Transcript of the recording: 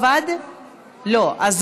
להעביר לוועדה את